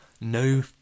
no